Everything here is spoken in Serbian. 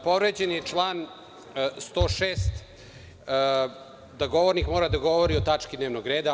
Povređen je član 106. – govornik mora da govori o tački dnevnog reda.